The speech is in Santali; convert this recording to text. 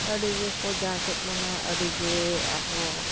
ᱟᱹᱰᱤ ᱜᱮᱠᱚ ᱡᱟᱧᱪᱮᱫ ᱵᱚᱱᱟ ᱟᱹᱰᱤ ᱜᱮ ᱟᱵᱚ